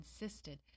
insisted